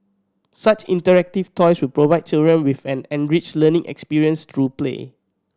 such interactive toys will provide children with an enriched learning experience through play